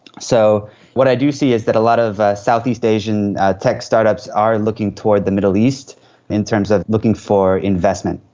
so what i do see is that a lot of southeast asian tech start-ups are looking toward the middle east in terms of looking for investment.